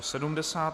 70.